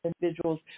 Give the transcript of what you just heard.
individuals